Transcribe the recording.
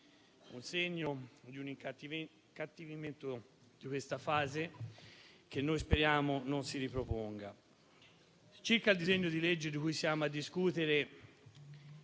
segno di un incattivimento di questa fase, che noi speriamo non si riproponga. Circa il disegno di legge di cui siamo a discutere,